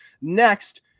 next